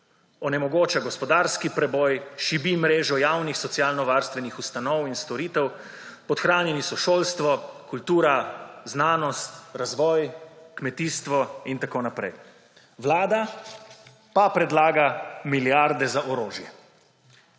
onemogoča gospodarski preboj, šibi mrežo javnih socialnovarstvenih ustanov in storitev, podhranjeni so šolstvo, kultura, znanost, razvoj, kmetijstvo in tako naprej. Vlada pa predlaga milijarde za orožje.